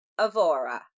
Avora